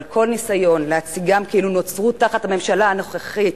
אבל כל ניסיון להציגן כאילו הן נוצרו תחת הממשלה הנוכחית,